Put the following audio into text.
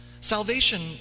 Salvation